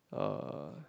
uh